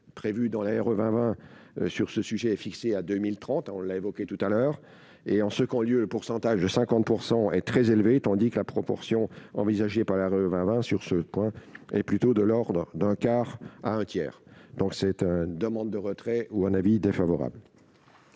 prévue dans l'aérogare 1 sur ce sujet est fixé à 2030, on l'a évoqué tout à l'heure et en ce qu'ont lieu le pourcentage de 50 % est très élevé, tandis que la proportion envisagée par l'art va avoir sur ce point et plutôt de l'Ordre d'un quart à un tiers, donc cette demande de retrait ou un avis défavorable.